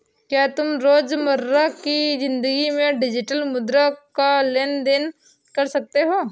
क्या तुम रोजमर्रा की जिंदगी में डिजिटल मुद्राओं का लेन देन कर सकते हो?